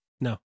No